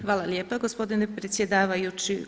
Hvala lijepa gospodine predsjedavajući.